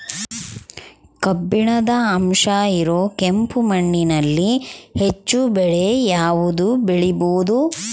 ಕಬ್ಬಿಣದ ಅಂಶ ಇರೋ ಕೆಂಪು ಮಣ್ಣಿನಲ್ಲಿ ಹೆಚ್ಚು ಬೆಳೆ ಯಾವುದು ಬೆಳಿಬೋದು?